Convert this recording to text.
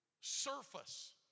surface